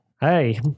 Hey